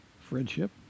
friendship